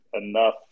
enough